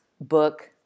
book